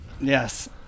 Yes